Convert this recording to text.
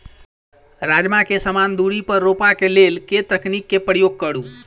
राजमा केँ समान दूरी पर रोपा केँ लेल केँ तकनीक केँ प्रयोग करू?